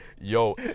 Yo